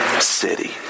city